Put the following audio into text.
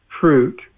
fruit